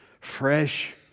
fresh